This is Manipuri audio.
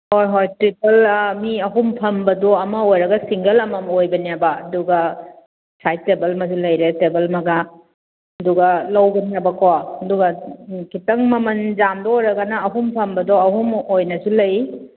ꯍꯣꯏ ꯍꯣꯏ ꯇꯤꯄꯜ ꯑꯥ ꯃꯤ ꯑꯍꯨꯝ ꯐꯝꯕꯗꯣ ꯑꯃ ꯑꯣꯏꯔꯒ ꯁꯤꯡꯒꯜ ꯑꯃꯃꯝ ꯑꯣꯏꯕꯅꯦꯕ ꯑꯗꯨꯒ ꯁꯥꯏꯠ ꯇꯦꯕꯜ ꯑꯃꯁꯨ ꯂꯩꯔꯦ ꯇꯦꯕꯜ ꯑꯃꯒ ꯑꯗꯨꯒ ꯂꯧꯒꯅꯤꯍꯥꯏꯕꯀꯣ ꯑꯗꯨꯒ ꯈꯤꯇꯪ ꯃꯃꯟ ꯌꯥꯝꯕ ꯑꯣꯏꯔꯒꯅ ꯑꯍꯨꯝ ꯐꯝꯕꯗꯣ ꯑꯍꯨꯝꯃꯨꯛ ꯑꯣꯏꯅꯁꯨ ꯂꯩ